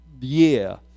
year